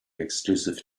exclusive